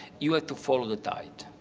you have to follow the tide.